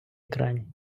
екрані